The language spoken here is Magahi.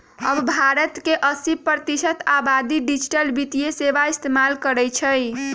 अब भारत के अस्सी प्रतिशत आबादी डिजिटल वित्तीय सेवाएं इस्तेमाल करई छई